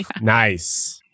Nice